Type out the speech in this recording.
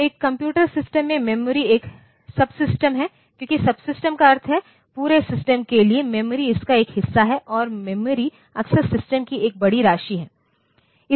तो एक computer system में मेमोरी एक सबसिस्टम है क्योंकि सबसिस्टम का अर्थ है पूरे सिस्टम के लिए मेमोरी इसका एक हिस्सा है और मेमोरी अक्सर सिस्टम की एक बड़ी राशि है